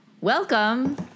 welcome